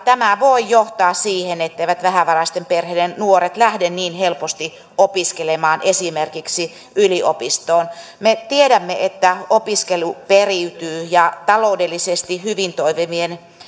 tämä voi johtaa siihen etteivät vähävaraisten perheiden nuoret lähde niin helposti opiskelemaan esimerkiksi yliopistoon me tiedämme että opiskelu periytyy ja taloudellisesti hyvin toimivien